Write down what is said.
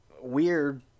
weird